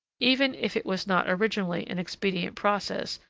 even if it was not originally an expedient process,